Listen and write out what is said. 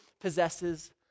possesses